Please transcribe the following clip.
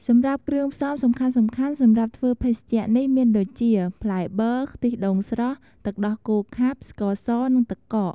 សម្រាប់គ្រឿងផ្សំសំខាន់ៗសម្រាប់ធ្វើភេសជ្ជៈនេះមានដូចជា ផ្លែប័រ ខ្ទិះដូងស្រស់ ទឹកដោះគោខាប់ ស្ករស និងទឹកកក។